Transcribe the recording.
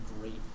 great